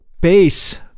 bass